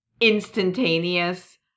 instantaneous